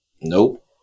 Nope